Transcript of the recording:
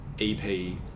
EP